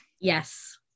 yes